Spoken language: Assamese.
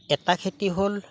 এটা খেতি হ'ল